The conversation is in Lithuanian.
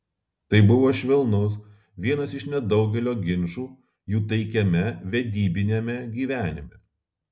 tai buvo švelnus vienas iš nedaugelio ginčų jų taikiame vedybiniame gyvenime